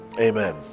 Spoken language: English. Amen